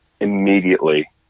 immediately